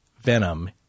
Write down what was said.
venom